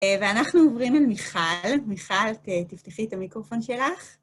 ואנחנו עוברים אל מיכל. מיכל, תפתחי את המיקרופון שלך.